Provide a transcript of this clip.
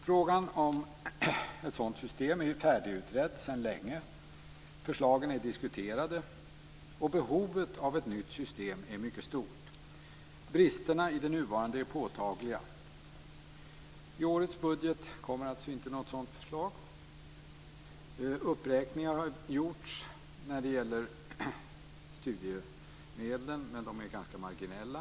Frågan om ett sådant system är färdigutredd sedan länge. Förslagen har diskuterats. Behovet av ett nytt system är mycket stort. Bristerna i det nuvarande är påtagliga. I årets budget kommer alltså inte något sådant förslag. Uppräkningar har gjorts när det gäller studiemedlen, men de är ganska marginella.